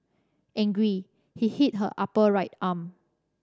angry he hit her upper right arm